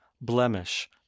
blemish